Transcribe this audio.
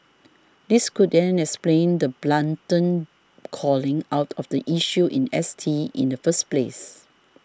this could then explain the blatant calling out of the issue in S T in the first place